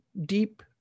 deep